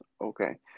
Okay